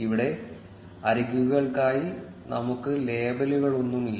ഇവിടെ അരികുകൾക്കായി നമുക്ക് ലേബലുകളൊന്നുമില്ല